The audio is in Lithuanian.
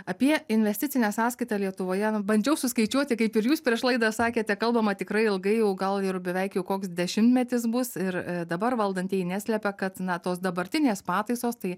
apie investicinę sąskaitą lietuvoje bandžiau suskaičiuoti kaip ir jūs prieš laidą sakėte kalbama tikrai ilgai jau gal ir beveik jau koks dešimtmetis bus ir dabar valdantieji neslepia kad na tos dabartinės pataisos tai